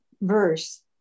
verse